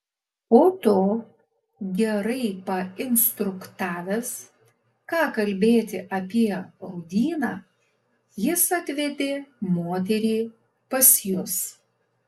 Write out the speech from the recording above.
po to gerai painstruktavęs ką kalbėti apie rūdyną jis atvedė moterį pas jus